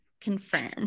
confirm